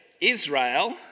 Israel